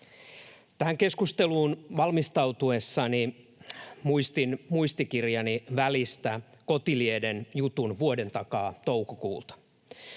Tähän keskusteluun valmistautuessani muistin muistikirjani välistä Kotilieden jutun vuoden takaa toukokuulta.